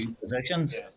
positions